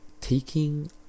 taking